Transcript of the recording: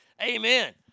Amen